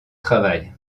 travail